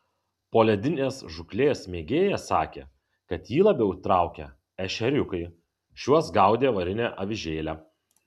poledinės žūklės mėgėjas sakė kad jį labiau traukia ešeriukai šiuos gaudė varine avižėle